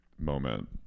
moment